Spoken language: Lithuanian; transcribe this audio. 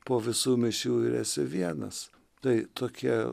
po visų misijų ir esi vienas tai tokie